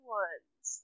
ones